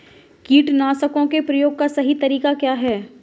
कीटनाशकों के प्रयोग का सही तरीका क्या है?